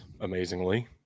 amazingly